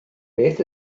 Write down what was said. beth